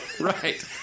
right